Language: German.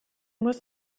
muss